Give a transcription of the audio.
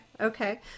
Okay